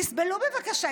יסבלו, בבקשה.